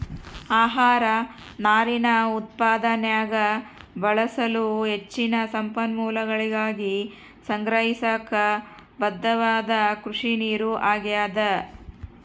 ಆಹಾರ ನಾರಿನ ಉತ್ಪಾದನ್ಯಾಗ ಬಳಸಲು ಹೆಚ್ಚಿನ ಸಂಪನ್ಮೂಲಗಳಿಗಾಗಿ ಸಂಗ್ರಹಿಸಾಕ ಬದ್ಧವಾದ ಕೃಷಿನೀರು ಆಗ್ಯಾದ